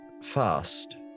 fast